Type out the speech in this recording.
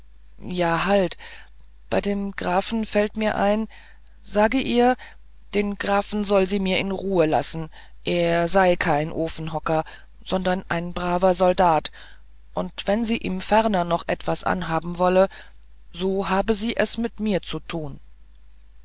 eifersüchtig ja halt bei dem grafen fällt mir ein sage ihr den grafen soll sie mir in ruhe lassen er sei kein ofenhocker sondern ein braver soldat und wenn sie ihm ferner noch was anhaben wolle so habe sie es mit mir zu tun